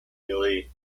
milli